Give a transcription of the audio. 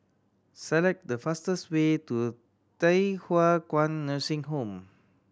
select the fastest way to Thye Hua Kwan Nursing Home